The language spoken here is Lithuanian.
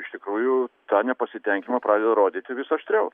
iš tikrųjų tą nepasitenkinimą pradeda rodyti vis aštriau